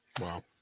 Wow